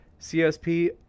csp